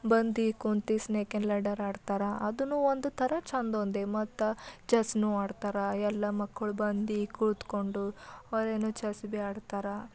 ಬಂದು ಕೂತು snake and ladder ಆಡ್ತಾರೆ ಅದೂ ಒಂದು ಥರ ಚೆಂದೊಂದು ಮತ್ತು ಚೆಸ್ನೂ ಆಡ್ತಾರೆ ಎಲ್ಲ ಮಕ್ಕಳು ಬಂದು ಕೂತ್ಕೊಂಡು ಅವರೇನು ಚೆಸ್ ಭೀ ಆಡ್ತಾರೆ